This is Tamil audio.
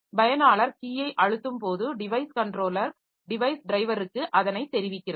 பயனாளர் கீயை அழுத்தும் போது டிவைஸ் கன்ட்ரோலர் டிவைஸ் டிரைவருக்கு அதனை தெரிவிக்கிறது